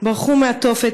ברחו מהתופת,